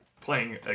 playing